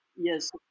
Yes